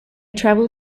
travel